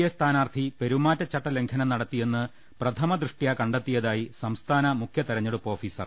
A സ്ഥാനാർത്ഥി പെരുമാറ്റച്ചട്ട ലംഘനം നടത്തിയെന്ന് പ്രഥമ ദൃഷ്ട്യാ കണ്ടെത്തിയതായി സംസ്ഥാന മുഖ്യ തെരഞ്ഞെടുപ്പ് ഓഫീസർ